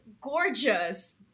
gorgeous